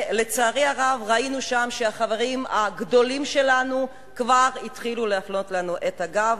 לצערי הרב ראינו שם שהחברים הגדולים שלנו כבר התחילו להפנות לנו את הגב,